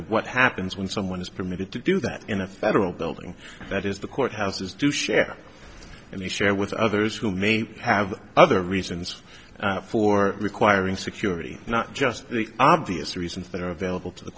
of what happens when someone is permitted to do that in a federal building that is the court has to share and share with others who may have other reasons for requiring security not just the obvious reasons that are available to the